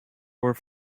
were